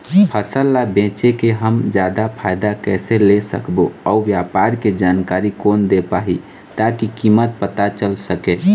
फसल ला बेचे के हम जादा फायदा कैसे ले सकबो अउ व्यापार के जानकारी कोन दे पाही ताकि कीमत पता चल सके?